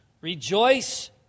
Rejoice